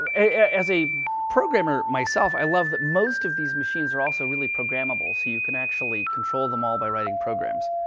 as a programmer myself, i love that most of these machines are also really programmable, so you can actually control them all by writing programs.